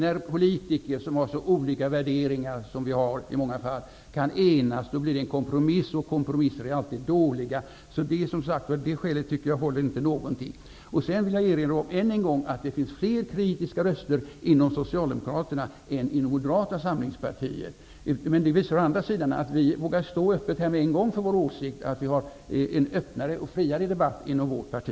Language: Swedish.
När politiker som har så olika värderingar har kunnat enas, då blir det fråga om kompromisser, och sådana är alltid dåliga. Så det skälet håller inte alls. Jag vill än en gång erinra om att det finns fler kritiska röster inom Socialdemokraterna än inom Moderata samlingspartiet. Men det visar å andra sidan att vi vågar stå öppet för vår åsikt här med en gång. Vi har en friare debatt inom vårt parti.